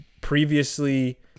previously